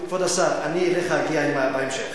כבוד השר, אני אליך אגיע בהמשך.